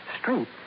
Street